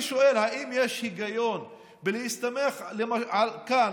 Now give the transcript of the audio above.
ואני שואל: האם יש היגיון להסתמך כאן